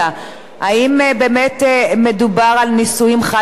האם באמת מדובר על נישואים חד-מיניים?